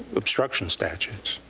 obstruction statute.